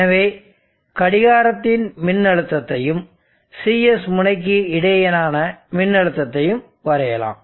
எனவே கடிகாரத்தின் மின்னழுத்தத்தையும் Cs முனைக்கு இடையேயான மின்னழுத்தத்தையும் வரையலாம்